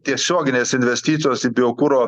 tiesioginės investicijos į biokuro